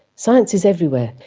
science is everywhere.